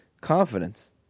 confidence